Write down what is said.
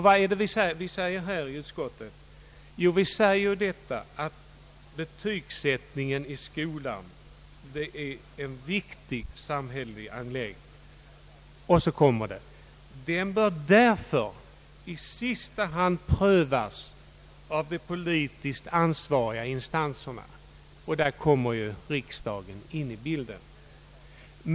Vi säger i utskottets utlåtande att betygsättningen i skolan är en viktig samhällelig angelägenhet och så kommer det: den bör därför i sista hand prövas av de politiskt ansvariga instanserna -— och där kommer ju riksdagen in i bilden.